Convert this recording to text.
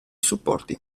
supporti